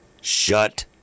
Shut